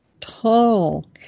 tall